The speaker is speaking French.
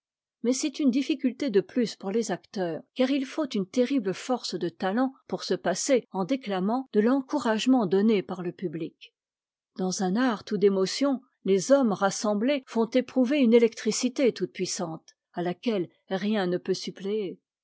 mais c'est une difficulté de plus pour leurs acteurs car il faut une terrible force de talent pour se passer en déclamant de l'encouragement donné par le public dans un art tout d'émotion les hommes rassemblés font éprouver une électricité toute-puissante à laquelle rien ne peut suppléer